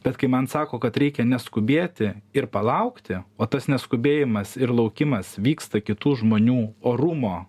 bet kai man sako kad reikia neskubėti ir palaukti o tas neskubėjimas ir laukimas vyksta kitų žmonių orumo